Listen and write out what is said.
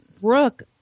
Brooke